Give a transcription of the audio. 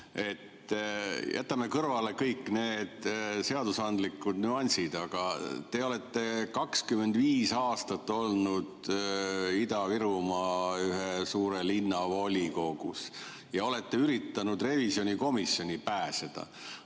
Jätame kõrvale kõik need seadusandlikud nüansid. Te olete 25 aastat olnud Ida-Virumaa ühe suure linna volikogus ja olete üritanud revisjonikomisjoni pääseda.